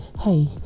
hey